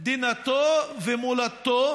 מדינתו ומולדתו